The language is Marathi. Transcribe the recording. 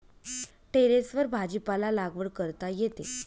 टेरेसवर भाजीपाला लागवड करता येते